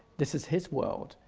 this is his world.